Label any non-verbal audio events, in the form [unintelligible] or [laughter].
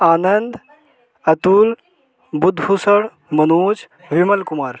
Anand Atul [unintelligible] Manoj Hemal Kumar